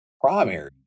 primary